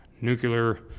nuclear